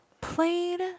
played